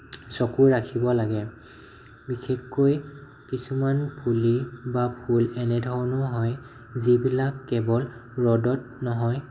চকু ৰাখিব লাগে বিশেষকৈ কিছুমান পুলি বা ফুল এনেধৰণৰ হয় যিবিলাক কেৱল ৰ'দত নহয়